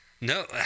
no